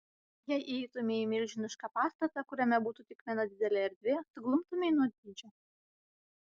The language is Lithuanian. jei įeitumei į milžinišką pastatą kuriame būtų tik viena didelė erdvė suglumtumei nuo dydžio